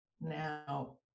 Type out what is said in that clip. Now